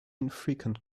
infrequent